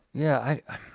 yeah, yeah.